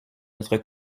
notre